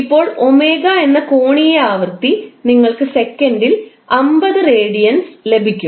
ഇപ്പോൾ 𝜔 എന്ന കോണീയ ആവൃത്തി നിങ്ങൾക്ക് സെക്കൻഡിൽ 50 റേഡിയൻസ് ലഭിക്കും